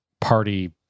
party